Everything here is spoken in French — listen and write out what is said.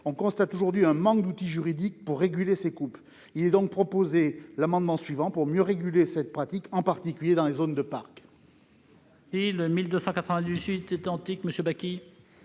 on constate aujourd'hui un manque d'outils juridiques pour réguler ces coupes. Cet amendement vise donc à mieux réguler cette pratique, en particulier dans les zones de